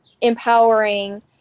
empowering